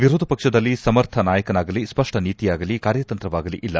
ವಿರೋಧ ಪಕ್ಷದಲ್ಲಿ ಸಮರ್ಥ ನಾಯಕನಾಗಲೀ ಸ್ಪಷ್ಟ ನೀತಿಯಾಗಲಿ ಕಾರ್ಯತಂತ್ರವಾಗಲಿ ಇಲ್ಲ